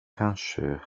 kanske